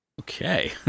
Okay